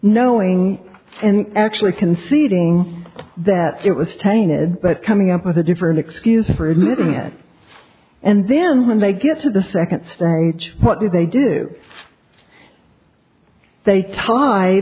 knowing and actually conceding that it was tainted but coming up with a different excuse for admitting it and then when they get to the second stage what did they do they tied